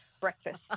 breakfast